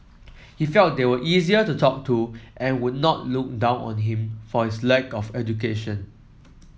he felt they were easier to talk to and would not look down on him for his lack of education